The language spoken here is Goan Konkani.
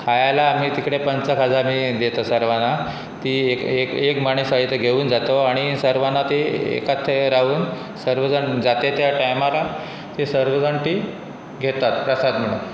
खायला आमी तिकडे पंच खाजा आमी देतता सर्वाना ती एक एक एक माणसाय तो घेवन जातो आनी सर्वाना ती एकाच कडेन रावून सर्व जाण जाते त्या टायमार ती सर्व जाण ती घेतात प्रसाद म्हणून